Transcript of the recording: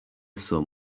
son